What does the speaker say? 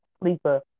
Lisa